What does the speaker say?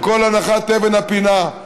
עם הנחת אבן הפינה,